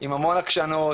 עם המון עקשנות,